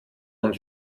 und